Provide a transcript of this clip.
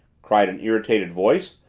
cried an irritated voice.